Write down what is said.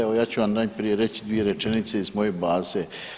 Evo ja ću vam najprije reći dvije rečenice iz moje baze.